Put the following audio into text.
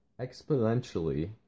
exponentially